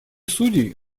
судей